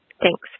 Thanks